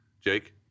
Jake